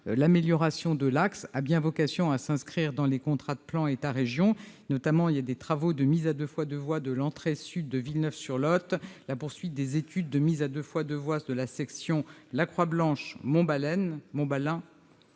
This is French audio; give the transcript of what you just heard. L'amélioration de cet axe a bien vocation à s'inscrire dans les contrats de plan État-région. Des travaux de mise à 2x2 voies de l'entrée sud de Villeneuve-sur-Lot, la poursuite des études de mise à 2x2 voies de la section La Croix-Blanche-Montbalen,